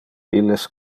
illes